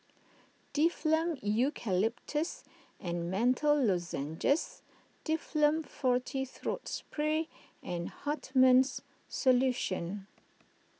Difflam Eucalyptus and Menthol Lozenges Difflam Forte Throat Spray and Hartman's Solution